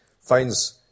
finds